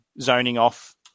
zoning-off